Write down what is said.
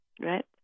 Right